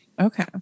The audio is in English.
Okay